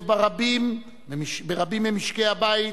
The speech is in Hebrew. ברבים ממשקי הבית,